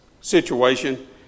situation